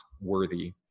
worthy